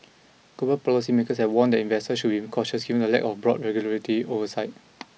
global policy makers have warned that investors should be cautious given the lack of broad regularity oversight